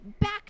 back